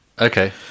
Okay